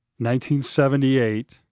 1978